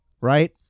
Right